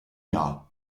jahr